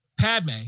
Padme